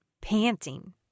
panting